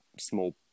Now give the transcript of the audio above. small